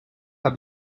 pas